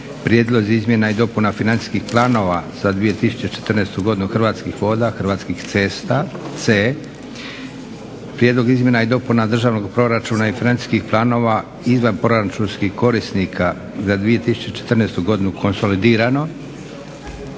Prijedlog izmjena i dopuna financijskih planova za 2014. godinu: - Hrvatskih voda - Hrvatskih cesta C) Prijedlog izmjena i dopuna Državnog proračuna i financijskih planova izvanproračunskih korisnika za 2014. godinu (konsolidirano)